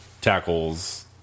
tackles